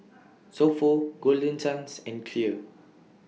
So Pho Golden Chance and Clear